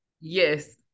Yes